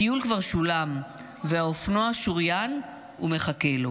הטיול כבר שולם והאופנוע שוריין ומחכה לו.